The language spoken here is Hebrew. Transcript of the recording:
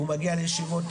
הוא מגיע לישיבות,